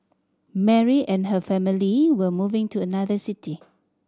Mary and her family were moving to another city